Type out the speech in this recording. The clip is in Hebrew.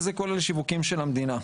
וזה כולל שיווקים של המדינה.